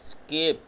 skip